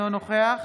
אינו נוכח